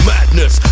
Madness